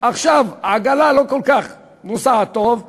עכשיו העגלה לא נוסעת כל כך טוב,